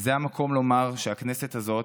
וזה המקום לומר שבכנסת הזאת,